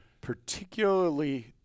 particularly